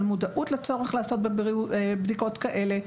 על המודעות לעשות בדיקות כאלו,